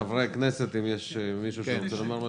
חברי הכנסת, אם יש מישהו שרוצה לשאול שאלה?